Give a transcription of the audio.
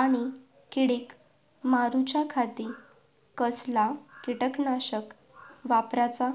आणि किडीक मारूच्याखाती कसला किटकनाशक वापराचा?